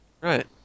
Right